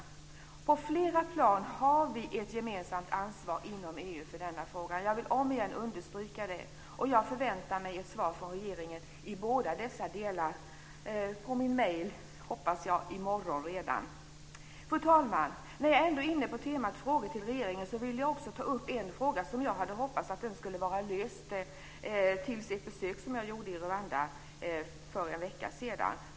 Vi har på flera plan ett gemensamt ansvar för denna fråga inom EU. Jag vill omigen understryka detta. Jag förväntar mig ett svar från regeringen rörande båda dessa frågor - gärna i min mejl redan i morgon. Fru talman! När jag ändå är inne på temat frågor till regeringen, vill jag också ta upp en fråga som jag hade hoppats skulle vara besvarad i samband med ett besök som jag gjorde till Rwanda för en vecka sedan.